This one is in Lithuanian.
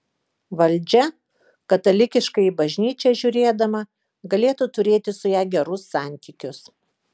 valdžia katalikiškai į bažnyčią žiūrėdama galėtų turėti su ja gerus santykius